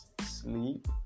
sleep